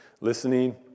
listening